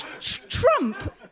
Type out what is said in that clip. Trump